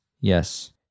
yes